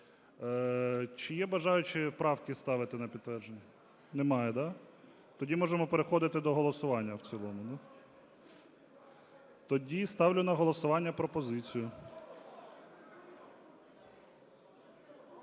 Чи є бажаючі правки ставити на підтвердження? Немає, да? Тоді можемо переходити до голосування в цілому. Тоді ставлю на голосування пропозицію…